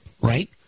right